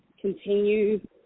continue